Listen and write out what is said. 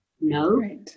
No